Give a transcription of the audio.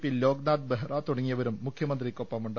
P Loknath Behera തുടങ്ങിയവരും മുഖ്യമന്ത്രിക്കൊപ്പമുണ്ട്